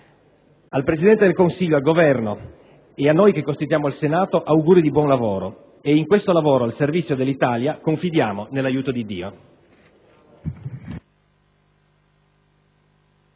Al Presidente del Consiglio, al Governo, e a noi che costituiamo il Senato, auguri di buon lavoro e in questo lavoro al servizio dell'Italia confidiamo nell'aiuto di Dio.